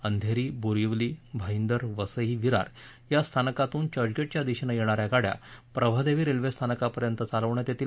अंघेरी बोरिवली भाईदर वसई विरार या स्थानकातून चर्चगेटच्या दिशेनं येणाऱ्या गाड्या प्रभादेवी रेल्वे स्थानकापर्यंत चालवण्यात येतील